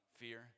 fear